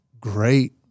great